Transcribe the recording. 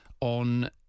on